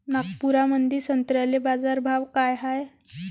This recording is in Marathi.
नागपुरामंदी संत्र्याले बाजारभाव काय हाय?